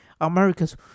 America's